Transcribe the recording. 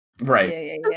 Right